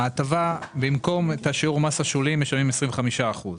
במקום שיעור מס השולי, משלמים 25 אחוזים.